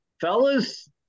fellas